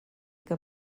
que